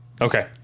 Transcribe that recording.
Okay